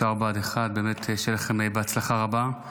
צוערי בה"ד 1. באמת שתהיה לכם הצלחה רבה.